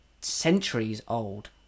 centuries-old